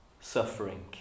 suffering